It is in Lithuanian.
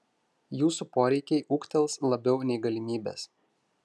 jūsų poreikiai ūgtels labiau nei galimybės